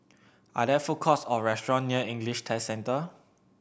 are there food courts or restaurants near English Test Centre